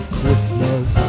Christmas